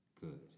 good